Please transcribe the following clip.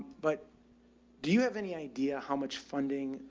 but do you have any idea how much funding?